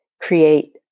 create